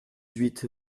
huit